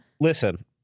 Listen